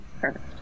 Perfect